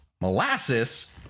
molasses